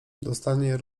dostanie